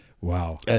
Wow